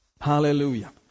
Hallelujah